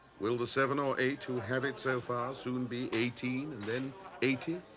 will the seven or eight who have it so far soon be eighteen and then eighty?